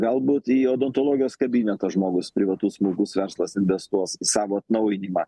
galbūt į odontologijos kabinetą žmogus privatus smulkus verslas investuos savo atnaujinimą